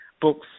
books